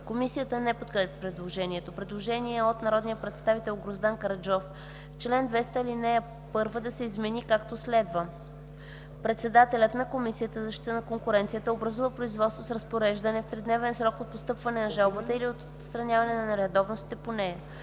Комисията не подкрепя предложението. Предложение от народния представител Гроздан Караджов: „1. Чл. 200, ал. 1 да се измени, както следва: „Чл. 200. (1) Председателят на Комисията за защита на конкуренцията образува производство с разпореждане в 3-дневен срок от постъпване на жалбата или от отстраняване на нередовностите по нея.